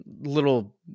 little